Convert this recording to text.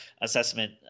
assessment